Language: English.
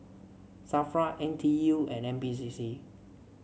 Safra N T U and N P C C